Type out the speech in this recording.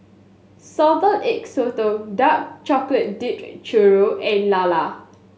Salted Egg Sotong Dark Chocolate Dipped Churro and Lala